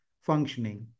functioning